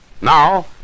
Now